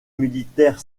militaire